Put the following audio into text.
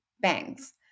banks